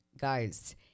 guys